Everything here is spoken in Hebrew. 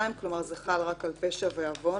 כבר עכשיו העליתי כמה האפשרויות.